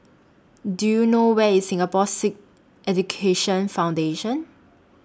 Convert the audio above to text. Do YOU know Where IS Singapore Sikh Education Foundation